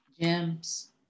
Gems